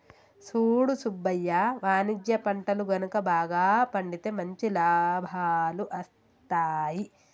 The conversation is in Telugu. సూడు సుబ్బయ్య వాణిజ్య పంటలు గనుక బాగా పండితే మంచి లాభాలు అస్తాయి